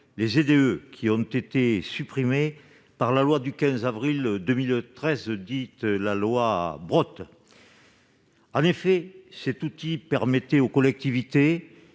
lesquelles ont été supprimées par la loi du 15 avril 2013, dite loi Brottes. Cet outil permettait aux collectivités